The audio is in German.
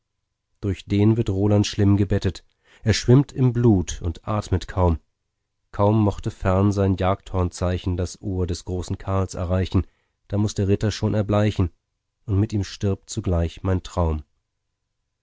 durch den wird roland schlimm gebettet er schwimmt in blut und atmet kaum kaum mochte fern sein jagdhornzeichen das ohr des großen karls erreichen da muß der ritter schon erbleichen und mit ihm stirbt zugleich mein traum